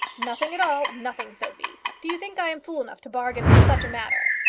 nothing at all nothing. sophie, do you think i am fool enough to bargain in such a matter?